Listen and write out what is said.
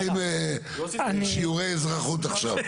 טוב, אנחנו עושים שיעורי אזרחות עכשיו.